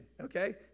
Okay